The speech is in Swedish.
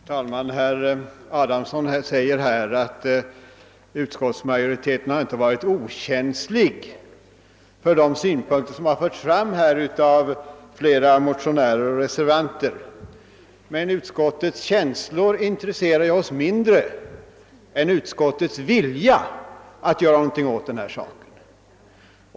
Herr talman! Herr Adamsson säger att utskottsmajoriteten inte varit okänslig för de synpunkter som förts fram av flera motionärer och reservanter. Men utskottets känslor intresserar oss mindre än utskottets vilja att göra någonting åt den här saken.